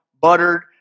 buttered